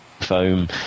foam